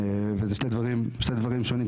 וזה שני דברים שונים.